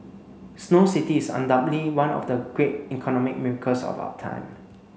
Snow City is undoubtedly one of the great economic miracles of our time